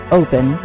open